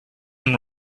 been